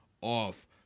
off